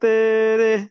Tere